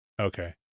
okay